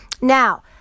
Now